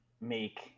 make